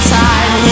time